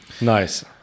Nice